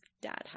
dad